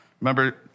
remember